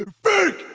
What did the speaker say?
fake!